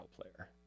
player